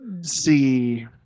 see